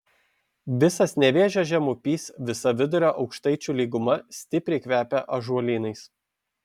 visas nevėžio žemupys visa vidurio aukštaičių lyguma stipriai kvepia ąžuolynais